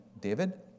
David